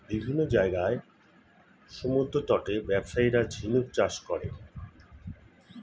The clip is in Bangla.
বিভিন্ন জায়গার সমুদ্রতটে ব্যবসায়ীরা ঝিনুক চাষ করে